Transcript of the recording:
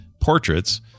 portraits